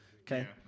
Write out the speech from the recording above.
Okay